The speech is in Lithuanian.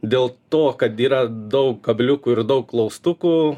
dėl to kad yra daug kabliukų ir daug klaustukų